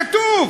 כתוב.